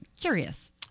Curious